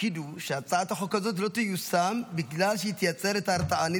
התפקיד הוא שהצעת החוק הזאת לא תיושם בגלל שהיא תייצר את ההרתעה.